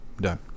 Done